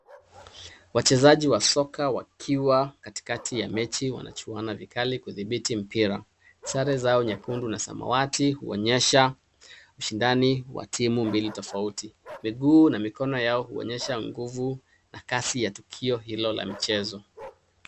Wachezaji wa soka wakiwa katikati ya mechi wanachuana vikali kudhibiti mpira. Sare zao nyekundu na samawati huonyesha ushindani wa timu mbili tofauti. Miguu na mikono yao huonyesha nguvu na kasi ya tukio hilo la mchezo.